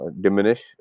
diminish